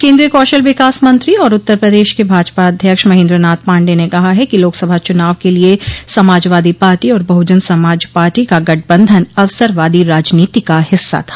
केन्द्रीय कौशल विकास मंत्री और उत्तर प्रदेश के भाजपा अध्यक्ष महेन्द्रनाथ पांडेय ने कहा है कि लोकसभा चुनाव के लिए समाजवादी पार्टी और बहुजन समाज पार्टी का गठबंधन अवसरवादी राजनीति का हिस्सा था